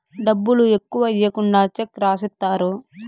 డబ్బులు ఎక్కువ ఈకుండా చెక్ రాసిత్తారు